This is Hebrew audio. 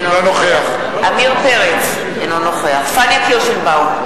אינו נוכח עמיר פרץ, אינו נוכח פניה קירשנבאום,